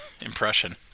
impression